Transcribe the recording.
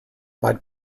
bud